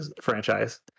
franchise